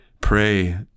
pray